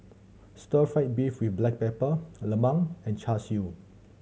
stir fried beef with black pepper lemang and Char Siu